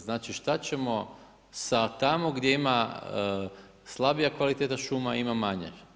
Znači, šta ćemo sa tamo gdje ima slabija kvaliteta šuma i ima manje.